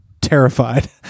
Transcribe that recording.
terrified